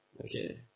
Okay